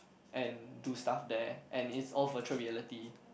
and to stuff there and is off the true reality